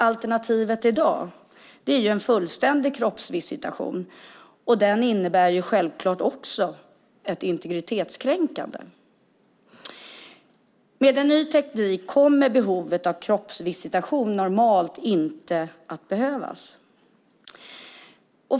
Alternativet i dag är en fullständig kroppsvisitation, och den innebär självklart också ett integritetstänkande. Med ny teknik kommer behovet av kroppsvisitation normalt inte att behövas.